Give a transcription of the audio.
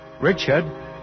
Richard